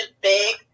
big